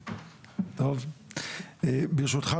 ברשותך,